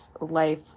life